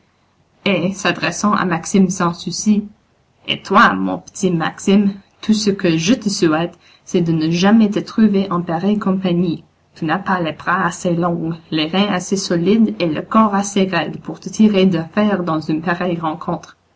et s'adressant à maxime sanssouci et toi mon p'tit maxime tout ce que je te souhaite c'est de ne jamais te trouver en pareille compagnie tu n'as pas les bras assez longs les reins assez solides et le corps assez raide pour te tirer d'affaire dans une pareille rencontre